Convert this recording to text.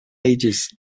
ages